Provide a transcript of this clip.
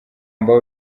mbahe